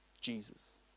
Jesus